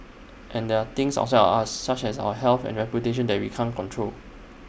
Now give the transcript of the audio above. and there are things outside of us such as our health and reputation that we can't control